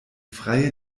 freie